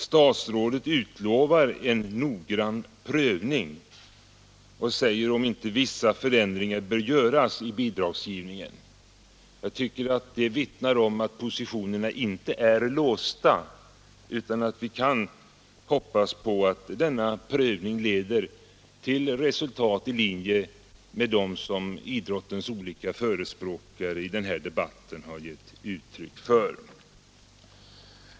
Statsrådet utlovar en noggrann prövning ”om inte vissa förändringar bör göras i bidragsgivningen”. Det uttalandet vittnar om att positionerna inte är låsta utan att vi kan hoppas på att denna prövning leder till resultat i linje med dem som idrottens olika förespråkare i denna debatt har givit uttryck för.